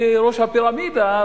כראש הפירמידה,